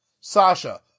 Sasha